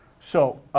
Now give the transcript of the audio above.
so,